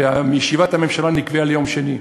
וישיבת הממשלה נקבעה ליום שני?